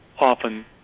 often